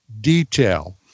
Detail